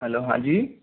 hello हाँ जी